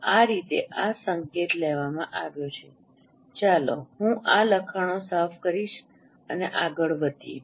તો આ રીતે આ સંકેત લેવામાં આવ્યો છે ચાલો હું આ લખાણો સાફ કરીશ અને આગળ વધીએ